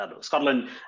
scotland